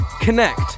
connect